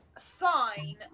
fine